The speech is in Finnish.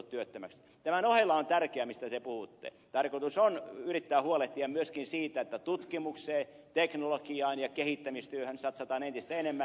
tämän ohella on tärkeää se mistä te puhutte ja tarkoitus on yrittää huolehtia myöskin siitä että tutkimukseen teknologiaan ja kehittämistyöhön satsataan entistä enemmän